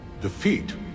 defeat